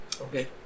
okay